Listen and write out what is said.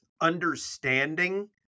understanding